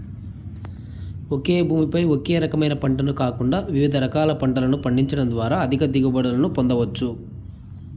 ఒకే భూమి పై ఒకే రకమైన పంటను కాకుండా వివిధ రకాల పంటలను పండించడం ద్వారా అధిక దిగుబడులను పొందవచ్చు